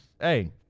hey